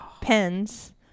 pens